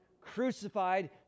crucified